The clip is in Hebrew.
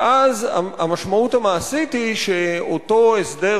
ואז המשמעות המעשית היא שאותו הסדר,